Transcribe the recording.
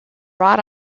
wrought